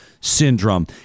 syndrome